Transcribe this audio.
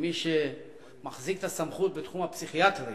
כמי שמחזיק את הסמכות בתחום הפסיכיאטרי,